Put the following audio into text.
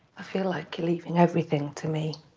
feel like you're leaving everything to me.